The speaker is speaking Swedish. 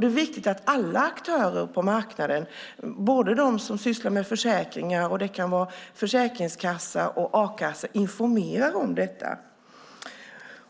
Det är viktigt att alla aktörer på marknaden som sysslar med försäkringar, såsom Försäkringskassan och a-kassorna, informerar om detta.